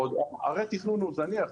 הרה-תכנון הוא זניח,